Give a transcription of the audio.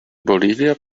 bolivia